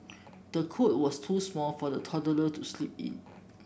the cot was too small for the toddler to sleep in